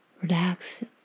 Relax